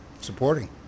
supporting